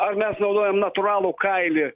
ar mes naudojam natūralų kailį